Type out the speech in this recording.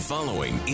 following